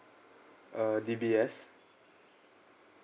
uh D_B_S